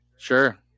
Sure